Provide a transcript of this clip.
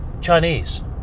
Chinese